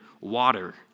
Water